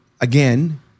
again